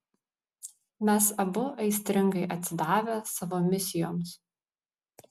mes abu aistringai atsidavę savo misijoms